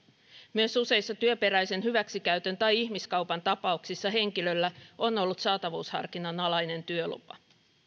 myös useissa työperäisen hyväksikäytön tai ihmiskaupan tapauksissa henkilöllä on ollut saatavuusharkinnan alainen työlupa